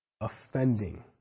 offending